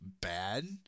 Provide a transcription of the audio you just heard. bad